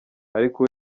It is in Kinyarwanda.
ariko